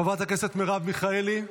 חברת הכנסת מרב מיכאלי,